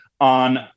on